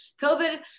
COVID